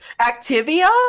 Activia